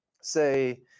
say